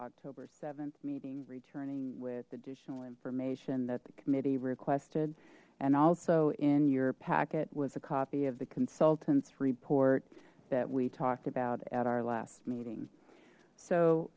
october th meeting returning with additional information that the committee requested and also in your packet was a copy of the consultants report that we talked about at our last meeting so